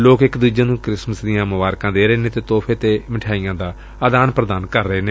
ਲੋਕ ਇਕ ਦੂਜੇ ਨੂੰ ਕ੍ਸਿਮਿਸ ਦੀਆਂ ਮੁਬਰਕਾਂ ਦੇ ਰਹੇ ਨੇ ਅਤੇ ਤੋਹਫੇ ਤੇ ਮੱਠਿਆਈਆਂ ਦਾ ਆਦਾਨ ਪ੍ਦਾਨ ਕਰ ਰਹੇ ਨੇ